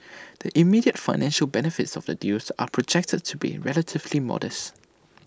the immediate financial benefits of the deals are projected to be relatively modest